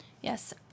Yes